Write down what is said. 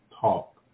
talk